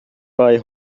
bei